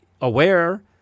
aware